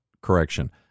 Correction